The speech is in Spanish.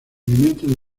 alimentan